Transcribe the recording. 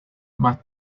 más